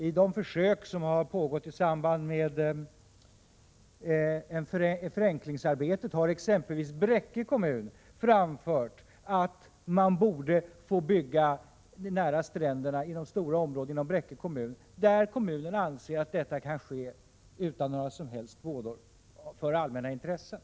I de försök som pågått med ett förenklingsarbete har exempelvis Bräcke kommun framfört att man borde få bygga nära stränderna inom stora områden av Bräcke kommun, där kommunen anser att detta kan ske utan några som helst vådor för allmänna intressen.